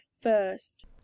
first